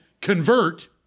convert